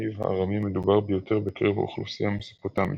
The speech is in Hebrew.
הניב הארמי המדובר ביותר בקרב האוכלוסייה המסופוטמית.